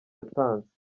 yatanze